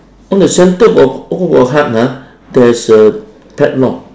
on the centre of all the hut ah there's a padlock